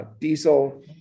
diesel